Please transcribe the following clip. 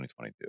2022